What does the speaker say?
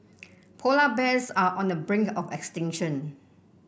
polar bears are on the brink of extinction